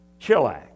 Chillax